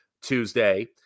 Tuesday